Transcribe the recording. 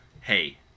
Hey